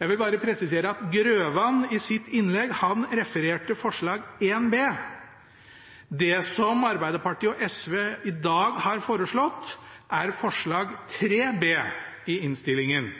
Jeg vil bare presisere at Grøvan i sitt innlegg refererte forslag 1 B. Det som Arbeiderpartiet og SV i dag har foreslått, er forslag 3 B i innstillingen.